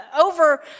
over